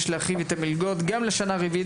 יש להרחיב את המלגות גם לשנה הרביעית